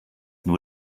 nur